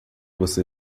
você